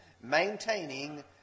maintaining